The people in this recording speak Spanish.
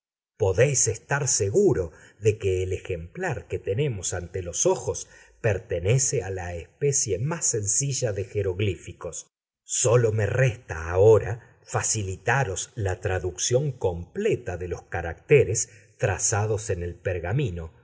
podéis estar seguro de que el ejemplar que tenemos ante los ojos pertenece a la especie más sencilla de jeroglíficos sólo me resta ahora facilitaros la traducción completa de los caracteres trazados en el pergamino